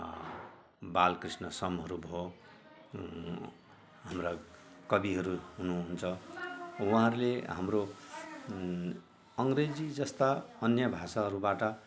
बालकृष्ण समहरू भयो हाम्रा कविहरू हुनु हुन्छ उहाँहरूले हाम्रो अङ्ग्रेजी जस्ता अन्य भाषाहरूबाट